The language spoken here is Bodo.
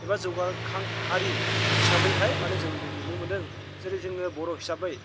एबा जौगाखां हारि हिसाबैहाय माने जों दिनै नुनो मोनदों जेरै जोङो बर' हिसाबै